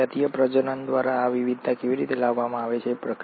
હવે જાતીય પ્રજનન દ્વારા આ વિવિધતા કેવી રીતે લાવવામાં આવે છે